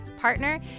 partner